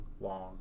long